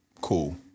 Cool